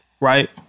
Right